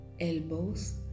elbows